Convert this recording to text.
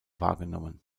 wahrgenommen